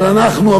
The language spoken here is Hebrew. אבל אנחנו,